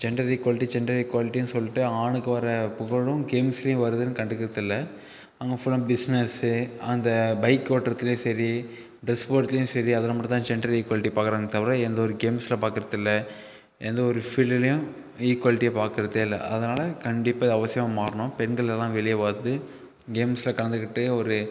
gender equality gender ஈக்குவாலிட்டின்னு சொல்லிட்டு ஆணுக்கு வர புகழும் கேம்ஸுலயும் வருதுன்னு கண்டுக்கறது இல்லை அவங்க ஃபுல்லாக பிஸ்னஸு அந்த பைக்கு ஓட்டுறதுல சரி ட்ரெஸ் போடுறதுலயும் சரி அதில் மட்டும் தான் ஜெண்டர் ஈக்குவாலிட்டி பார்க்குறாங்களே தவிர எந்த ஒரு கேம்ஸில் பார்க்கறது இல்லை எந்த ஒரு ஃபீல்டுலையும் ஈக்குவாலிட்டியை பார்க்கறதே இல்லை அதனால் கண்டிப்பாக இது அவசியம் மாறணும் பெண்கள் எல்லாம் வெளியே வந்து கேம்ஸில் கலந்துக்கிட்டு ஒரு